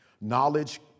Knowledge